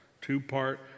Two-part